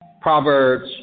Proverbs